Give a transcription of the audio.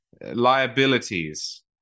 liabilities